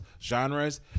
genres